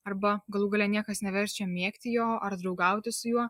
arba galų gale niekas neverčia mėgti jo ar draugauti su juo